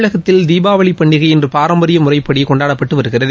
தமிழகத்தில் தீபவாளி பண்டிகை இன்று பாரம்பரிய முறைப்படி கொண்டாடப்பட்டு வருகிறது